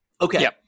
Okay